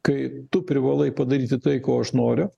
kai tu privalai padaryti tai ko aš noriu